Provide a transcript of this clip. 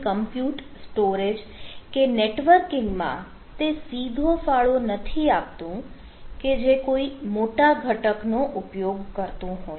અહીં compute storage કે networking માં તે સીધો ફાળો નથી આપતુંકે જે કોઈ મોટા ઘટક નો ઉપયોગ કરતું હોય